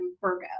Virgo